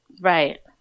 Right